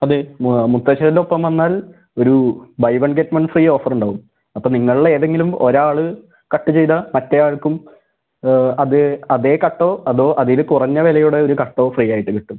അതെ മുത്തശ്ശൻ്റൊപ്പം വന്നാൽ ഒരു buy one get one free ഓഫറുണ്ടാവും അപ്പോൾ നിങ്ങളിലെതെങ്കിലും ഒരാൾ കട്ട് ചെയ്താൽ മറ്റേയാൾക്കും അത് അതെ കട്ടോ അതോ അതിൽ കുറഞ്ഞ വിലയുടെ ഒരു കട്ടോ ഫ്രീയായിട്ട് കിട്ടും